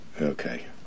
Okay